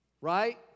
right